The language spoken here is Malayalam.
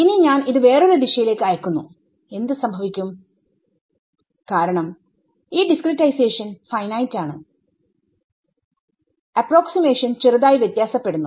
ഇനി ഞാൻ ഇത് വേറൊരു ദിശയിലേക്ക് അയക്കുന്നു എന്ത് സംഭവിക്കും കാരണം ഈ ഡിസ്ക്രിടൈസേഷൻ ഫൈനൈറ്റ് ആണ് അപ്രോക്സിമേഷൻ ചെറുതായി വ്യത്യാസപ്പെടുന്നു